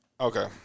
Okay